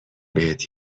بهت